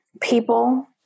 People